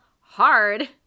hard